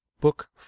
Book